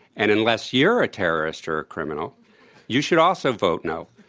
and unless you're a terrorist or a criminal you should also vote no,